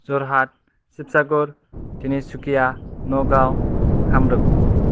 Jorhat Sibsagar Tinsukia Nagaon Kamrup